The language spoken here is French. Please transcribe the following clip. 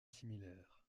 similaire